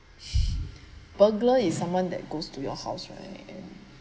burglar is someone that goes to your house right